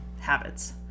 habits